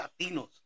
Latinos